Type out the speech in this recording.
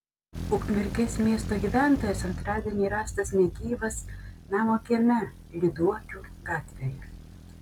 ukmergės miesto gyventojas antradienį rastas negyvas namo kieme lyduokių gatvėje